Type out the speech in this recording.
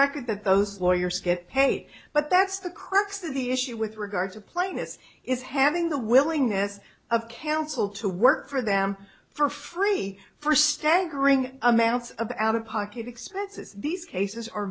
record that those lawyers get paid but that's the crux of the issue with regard to playing this is having the willingness of counsel to work for them for free for staggering amounts of out of pocket expenses these cases are